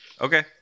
Okay